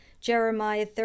Jeremiah